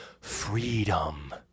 Freedom